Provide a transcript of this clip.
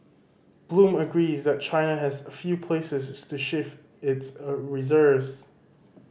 Bloom agrees that China has few places to shift its a reserves